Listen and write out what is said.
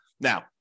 now